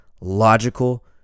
logical